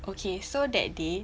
okay so that day